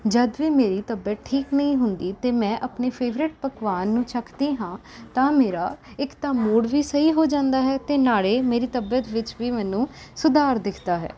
ਜਦ ਵੀ ਮੇਰੀ ਤਬੀਅਤ ਠੀਕ ਨਹੀਂ ਹੁੰਦੀ ਅਤੇ ਮੈਂ ਆਪਣੀ ਫੇਵਰੇਟ ਪਕਵਾਨ ਨੂੰ ਛੱਕਦੀ ਹਾਂ ਤਾਂ ਮੇਰਾ ਇੱਕ ਤਾਂ ਮੂਡ ਵੀ ਸਹੀ ਹੋ ਜਾਂਦਾ ਹੈ ਅਤੇ ਨਾਲੇ ਮੇਰੀ ਤਬੀਅਤ ਵਿੱਚ ਵੀ ਮੈਨੂੰ ਸੁਧਾਰ ਦਿਖਦਾ ਹੈ